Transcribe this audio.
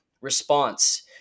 response